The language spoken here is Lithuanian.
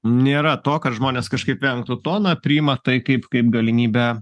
nėra to kad žmonės kažkaip vengtų to na priima tai kaip kaip galimybę